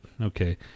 okay